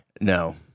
No